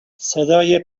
صدای